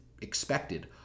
expected